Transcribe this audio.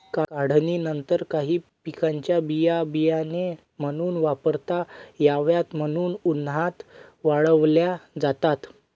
काढणीनंतर काही पिकांच्या बिया बियाणे म्हणून वापरता याव्यात म्हणून उन्हात वाळवल्या जातात